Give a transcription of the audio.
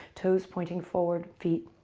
toes pointing forward. feet,